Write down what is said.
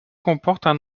comportent